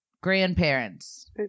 Grandparents